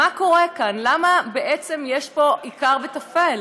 מה קורה כאן, למה בעצם יש פה עיקר וטפל?